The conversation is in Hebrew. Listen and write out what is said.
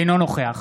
אינו נוכח